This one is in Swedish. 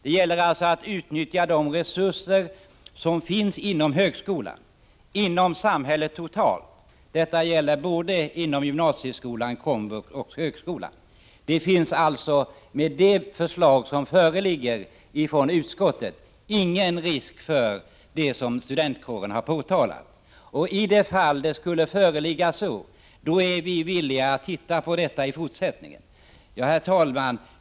Det gäller alltså att utnyttja de resurser som finns inom högskolan, inom samhället totalt. Det gäller såväl inom gymnasieskolan och den kommunala vuxenutbildningen som inom högskolan. Med det förslag som föreligger från utskottet finns det alltså ingen risk för det som studentkåren har påtalat. Skulle någon sådan risk visa sig är vi villiga att titta på detta i fortsättningen. Herr talman!